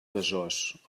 besòs